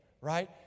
right